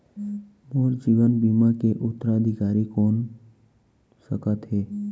मोर जीवन बीमा के उत्तराधिकारी कोन सकत हे?